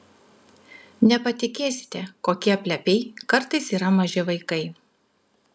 nepatikėsite kokie plepiai kartais yra maži vaikai